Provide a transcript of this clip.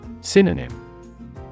Synonym